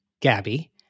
Gabby